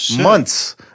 Months